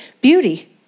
beauty